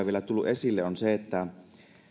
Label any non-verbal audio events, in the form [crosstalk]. [unintelligible] vielä tullut esille on se että jos